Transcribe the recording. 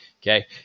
Okay